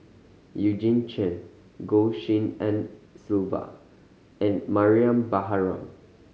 Eugene Chen Goh Tshin En Sylvia and Mariam Baharom